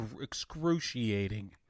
excruciating